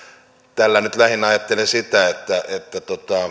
tällä nyt lähinnä ajattelen sitä että että